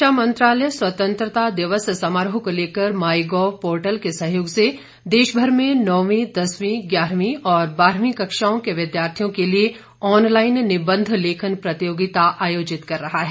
शिक्षा मंत्रालय शिक्षा मंत्रालय स्वतंत्रता दिवस समारोह को लेकर मायगॉव पोर्टल के सहयोग से देशभर में नौवीं दसवीं ग्यारहवीं और बारहवीं कक्षाओं के विद्यार्थियों के लिए ऑन लाइन निबंध लेखन प्रतियोगिता आयोजित कर रहा है